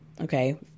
okay